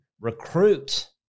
recruit